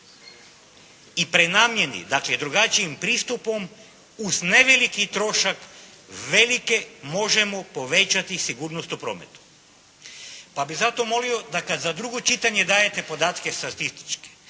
i prenamjeni, dakle drugačijim pristupom uz neveliki trošak uvelike možemo povećati sigurnost u prometu. Pa bih zato molio da kad za drugo čitanje dajete podatke statističke